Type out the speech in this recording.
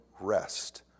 rest